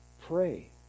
pray